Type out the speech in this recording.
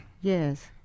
yes